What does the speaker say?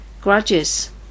grudges